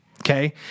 Okay